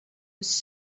was